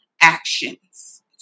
actions